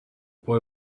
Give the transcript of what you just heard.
boy